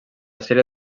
sèrie